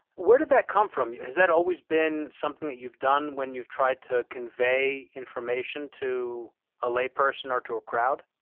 where did that come from? has that always been something that you've done when you've tried to convey information to a lay person or to a crowd?